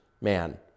man